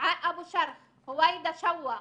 -- -אבו שרח, חוואידה שוואה,